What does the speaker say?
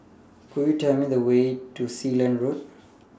Could YOU Tell Me The Way to Sealand Road